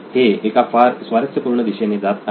हे एका फार स्वारस्यपूर्ण दिशेने जात आहे